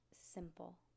simple